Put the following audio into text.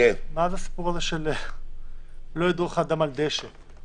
מה זה: "לא ידרוך אדם על דשא"?